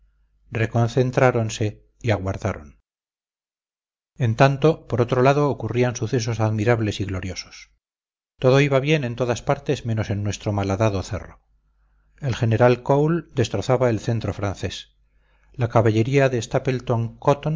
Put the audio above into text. bastante reconcentráronse y aguardaron en tanto por otro lado ocurrían sucesos admirables y gloriosos todo iba bien en todas partes menos en nuestro malhadado cerro el general cole destrozaba el centro francés la caballería de